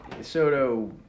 Soto